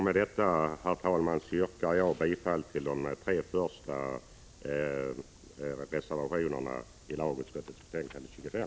Med detta, herr talman, yrkar jag bifall till det tre första reservationerna i lagutskottets betänkande 25.